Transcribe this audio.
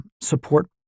Support